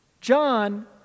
John